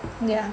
yeah